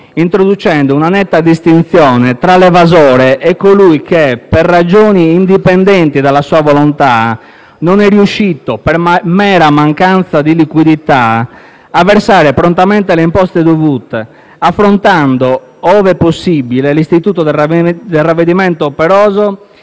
introducendo una netta distinzione tra l'evasore e colui che, per ragioni indipendenti dalla sua volontà, non è riuscito, per mera mancanza di liquidità, a versare prontamente le imposte dovute, ampliando, ove possibile, l'utilizzo dello strumento del ravvedimento operoso